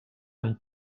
amb